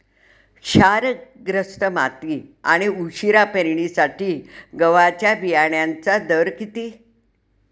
क्षारग्रस्त माती आणि उशिरा पेरणीसाठी गव्हाच्या बियाण्यांचा दर किती?